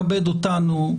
כבד אותנו,